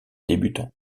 débutant